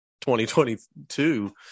2022